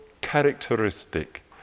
characteristic